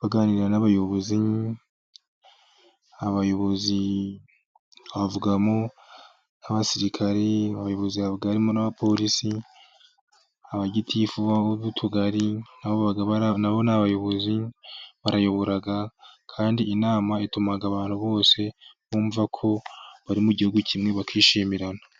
baganira n'abayobozi, twavugamo nk': abasirikare, abapolisi, abagitifu b'utugari. Kandi inama ituma abantu bose bumva ko bari mu gihugu kimwe bakishimirana.